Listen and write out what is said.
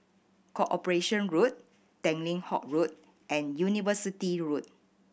Corporation Road Tanglin Halt Road and University Road